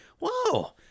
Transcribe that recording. whoa